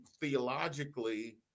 theologically